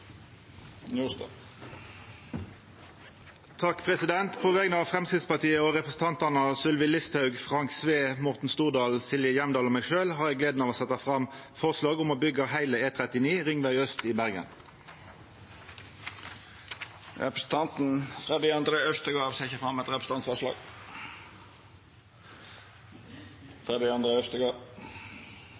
På vegner av Framstegsparti-representantane Sylvi Listhaug, Frank Edvard Sve, Morten Stordalen, Silje Hjemdal og meg sjølv har eg gleda av å setja fram eit forslag om å byggja heile E39 Ringvei øst i Bergen. Representanten Freddy André Øvstegård vil setja fram eit representantforslag.